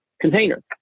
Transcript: container